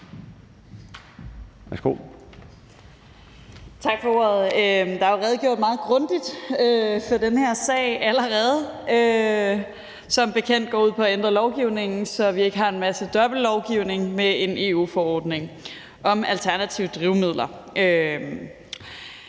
Tak for ordet. Der er jo allerede blevet redegjort meget grundigt for den her sag, der som bekendt går ud på at ændre lovgivningen, så vi ikke har en masse dobbeltlovgivning med en EU-forordning om alternative drivmidler.